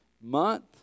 month